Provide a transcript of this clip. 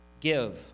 Give